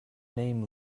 name